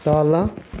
तल